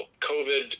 COVID